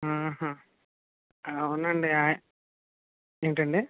అవునండీ ఏంటండీ